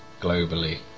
globally